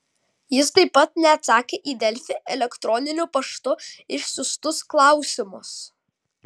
jis taip pat neatsakė į delfi elektroniniu paštu išsiųstus klausimus